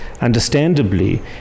understandably